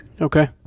Okay